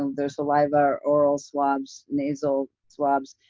their saliva, oral swabs, nasal swabs,